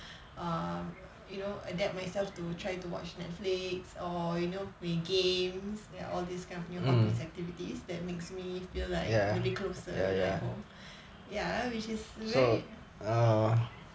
um you know adapt myself to try to watch netflix or you know play games and all these kind of new hobbies activities that makes me feel like maybe closer at home ya which is very